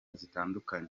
zitandukanye